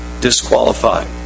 disqualified